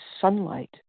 sunlight